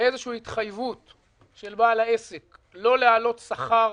באיזושהי התחייבות של בעל העסק לא להעלות שכר